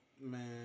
Man